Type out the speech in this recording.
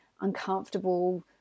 uncomfortable